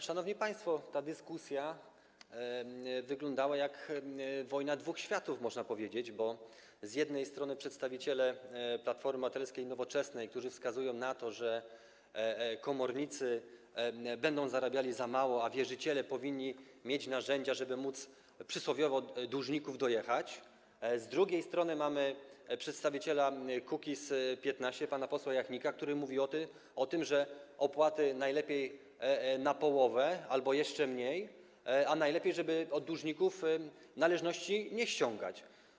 Szanowni państwo, ta dyskusja wyglądała jak wojna dwóch światów, można powiedzieć, bo z jednej strony są przedstawiciele Platformy Obywatelskiej i Nowoczesnej, którzy wskazują na to, że komornicy będą zarabiali za mało, a wierzyciele powinni mieć narzędzia, żeby móc przysłowiowo dłużników dojechać, z drugiej strony mamy przedstawiciela Kukiz’15 pana posła Jachnika, który mówi o tym, żeby opłaty były najlepiej na połowę albo jeszcze mniej, a najlepiej żeby od dłużników należności nie ściągać.